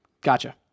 gotcha